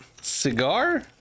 cigar